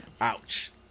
Ouch